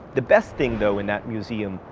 the best thing, though, in that museum,